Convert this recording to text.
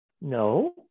no